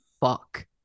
fuck